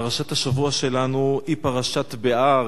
פרשת השבוע שלנו היא פרשת בהר.